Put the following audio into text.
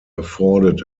afforded